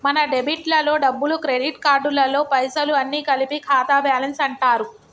మన డెబిట్ లలో డబ్బులు క్రెడిట్ కార్డులలో పైసలు అన్ని కలిపి ఖాతా బ్యాలెన్స్ అంటారు